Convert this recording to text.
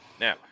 Now